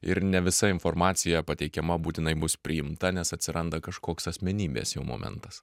ir ne visa informacija pateikiama būtinai bus priimta nes atsiranda kažkoks asmenybės jau momentas